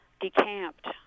decamped